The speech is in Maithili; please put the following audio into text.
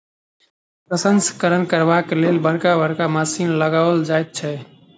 प्रसंस्करण करबाक लेल बड़का बड़का मशीन लगाओल जाइत छै